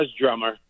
drummer